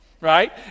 right